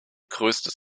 größtes